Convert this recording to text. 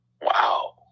wow